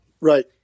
right